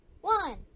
one